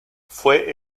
fue